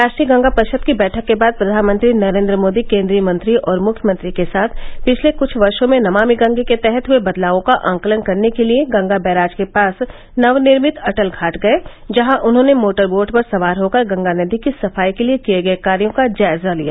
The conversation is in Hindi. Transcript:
राष्ट्रीय गंगा परिषद की बैठक के बाद प्रधानमंत्री नरेन्द्र मोदी केन्द्रीय मंत्रियों और मुख्यमंत्री के साथ पिछले कुछ वर्षो में नमामि गंगे के तहत हए बदलावों का आकलन करने के लिये गंगा बैराज के पास नवनिर्मित अटल घाट गये जहां उन्होंने मोटर बोट पर सवार होकर गंगा नदी की सफाई के लिये किये गये कार्यों का जायजा लिया